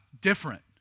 different